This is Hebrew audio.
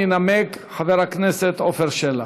ינמק חבר הכנסת עפר שלח.